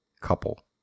couple